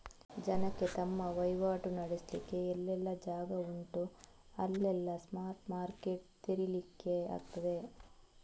ಜನಕ್ಕೆ ತಮ್ಮ ವೈವಾಟು ನಡೆಸ್ಲಿಕ್ಕೆ ಎಲ್ಲೆಲ್ಲ ಜಾಗ ಉಂಟೋ ಅಲ್ಲೆಲ್ಲ ಸ್ಪಾಟ್ ಮಾರ್ಕೆಟ್ ತೆರೀಲಿಕ್ಕೆ ಆಗ್ತದೆ